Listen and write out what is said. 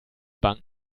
bank